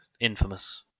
Infamous